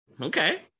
okay